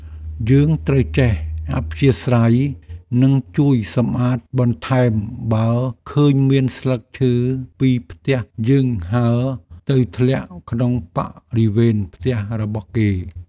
យើងត្រូវចេះអធ្យាស្រ័យនិងជួយសម្អាតបន្ថែមបើឃើញមានស្លឹកឈើពីផ្ទះយើងហើរទៅធ្លាក់ក្នុងបរិវេណផ្ទះរបស់គេ។